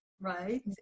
right